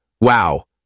Wow